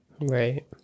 Right